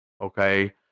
Okay